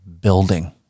building